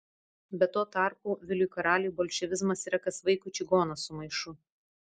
bet tuo tarpu viliui karaliui bolševizmas yra kas vaikui čigonas su maišu